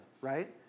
right